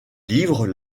livres